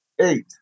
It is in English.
Eight